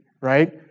right